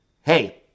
Hey